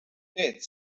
det